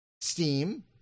Steam